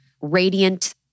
radiant